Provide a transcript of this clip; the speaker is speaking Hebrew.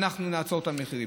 אנחנו נעצור את המחירים.